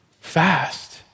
Fast